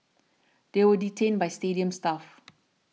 they were detained by stadium staff